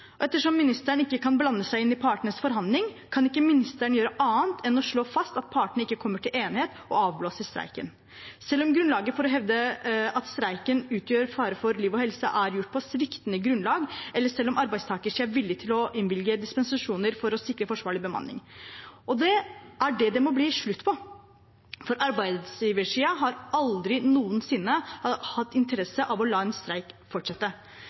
Ettersom ministeren ikke kan blande seg inn i partenes forhandling, kan ikke ministeren gjøre annet enn å slå fast at partene ikke kommer til enighet, og avblåse streiken, selv om grunnlaget for å hevde at streiken utgjør fare for liv og helse er gjort på sviktende grunnlag, eller arbeidstakersiden er villig til å innvilge dispensasjoner for å sikre forsvarlig bemanning. Det er det det må bli slutt på, for arbeidsgiversiden har aldri noensinne hatt interesse av å la en streik fortsette.